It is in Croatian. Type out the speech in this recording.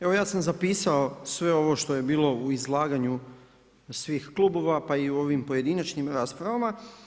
Evo ja sam zapisao sve ovo što je bilo u izlaganju svih klubova pa i u ovim pojedinačnim raspravama.